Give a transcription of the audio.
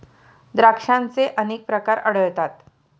द्राक्षांचे अनेक प्रकार आढळतात